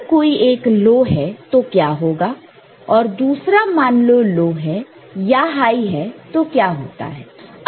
अगर कोई एक लो है तो क्या होगा और दूसरा मानलो लो है या हाई है तो क्या होता है